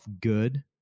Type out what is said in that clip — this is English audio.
good